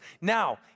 Now